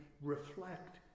reflect